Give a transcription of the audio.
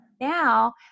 now